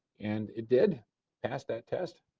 and it did pass that test.